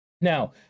now